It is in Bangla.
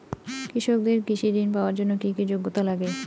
কৃষকদের কৃষি ঋণ পাওয়ার জন্য কী কী যোগ্যতা লাগে?